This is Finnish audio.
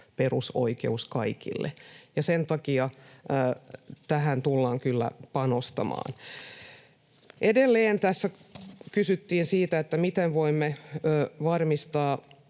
perusoikeus kaikille, ja sen takia tähän tullaan kyllä panostamaan. Edelleen tässä kysyttiin siitä, miten voimme varmistaa,